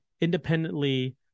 independently